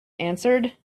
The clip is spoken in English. answered